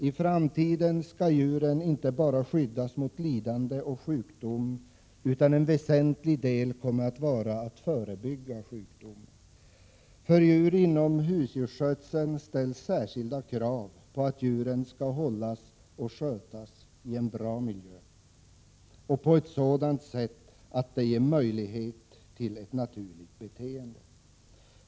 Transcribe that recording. I framtiden skall djuren inte bara skyddas mot lidande och sjukdom utan ett väsentligt inslag kommer att vara att förebygga sjukdomar. För djur inom husdjursskötseln ställs särskilda krav på att djuren skall hållas och skötas i en bra miljö och på ett sådant sätt att det ger möjlighet till ett naturligt beteende.